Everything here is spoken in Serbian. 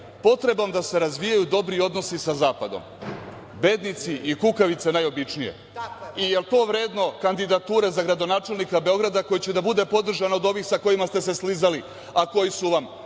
Potrebom da se razvijaju dobri odnosi za zapadom. Bednici i kukavice najobičnije. Jel to vredno kandidature za gradonačelnika Beograda koji će da bude podržan od ovih sa kojima ste se slizali, a koji su vam,